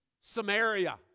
Samaria